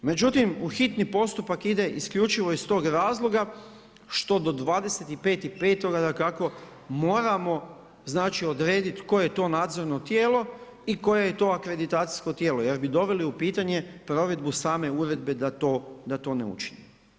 Međutim u hitni postupak ide isključivo iz tog razloga što do 255. dakako moramo odrediti koje je to nadzorno tijelo i koje je to akreditacijsko tijelo jer bi doveli u pitanje provedbu same uredbe da to ne učinimo.